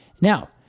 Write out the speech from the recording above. Now